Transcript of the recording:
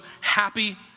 happy